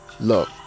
Look